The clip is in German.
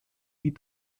die